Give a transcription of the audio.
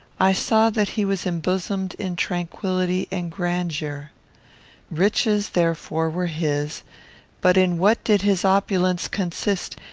i saw that he was embosomed in tranquillity and grandeur. riches, therefore, were his but in what did his opulence consist,